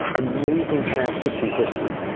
amazing chance to see history.